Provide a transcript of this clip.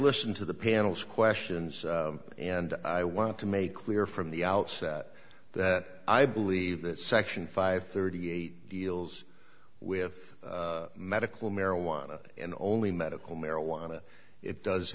listened to the panel's questions and i want to make clear from the outset that i believe that section five thirty eight deals with medical marijuana and only medical marijuana it does